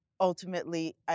ultimately